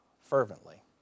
fervently